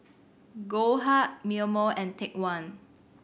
Goldheart Mimeo and Take One